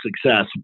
success